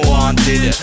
Wanted